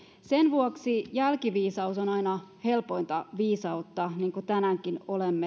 sen vuoksi jälkiviisaus on aina helpointa viisautta niin kuin tänäänkin olemme kuulleet suomalaiset